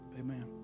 Amen